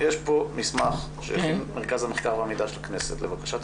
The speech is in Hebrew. יש פה מסמך שהכין מרכז המחקר והמידע של הכנסת לבקשת